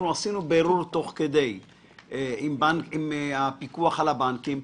עשינו בירור תוך כדי עם הפיקוח על הבנקים,